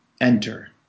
enter